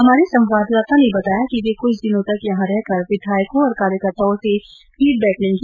हमारे संवाददाता ने बताया कि वे क्छ दिनों तक यहां रहकर विधायकों और कार्यकर्ताओं से फीडबैक लेगी